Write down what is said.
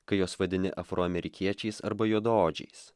kai juos vadini afroamerikiečiais arba juodaodžiais